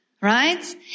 Right